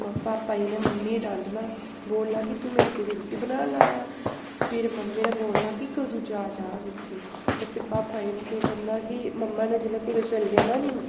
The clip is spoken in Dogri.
पापा जी ने मम्मी गी डांटना बोलना कि तूं मेरी कुड़ी गी रुट्टी बनाना लाया ऐ फिर मम्मी ने बोलना कि कदूं जाच औग इस्सी ते फिर पापा जी ने केह् करना कि मम्मा ने जेल्लै कुदै चली जाना नी